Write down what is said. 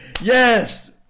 Yes